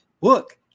look